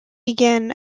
began